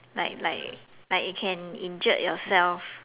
like like like it can injured yourself